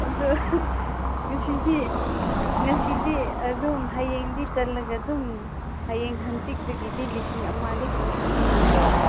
ꯑꯗꯣ ꯉꯁꯤꯗꯤ ꯉꯁꯤꯗꯤ ꯑꯗꯨꯝ ꯍꯌꯦꯡꯗꯤ ꯆꯠꯂꯒ ꯑꯗꯨꯝ ꯍꯌꯦꯡ ꯍꯥꯡꯆꯤꯠꯇꯒꯤꯗꯤ ꯂꯤꯁꯤꯡ ꯑꯃꯗꯤ ꯐꯪꯈ꯭ꯔꯅꯤꯅꯦꯀꯣ